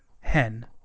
Hen